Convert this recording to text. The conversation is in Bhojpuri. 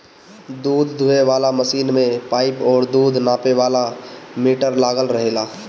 दूध दूहे वाला मशीन में पाइप और दूध नापे वाला मीटर लागल रहेला